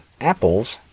apples